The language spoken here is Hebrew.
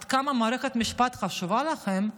עד כמה מערכת המשפט חשובה לכם,